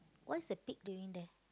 what's the pig doing there